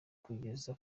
kugeza